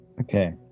Okay